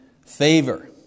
favor